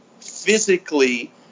physically